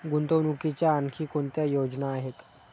गुंतवणुकीच्या आणखी कोणत्या योजना आहेत?